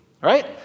right